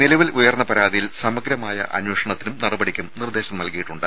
നിലവിൽ ഉയർന്ന പരാതിയിൽ സമഗ്രമായ അന്വേഷണത്തിനും നടപടിക്കും നിർദ്ദേശം നൽകിയിട്ടുണ്ട്